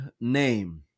name